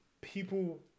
people